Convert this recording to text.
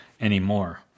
anymore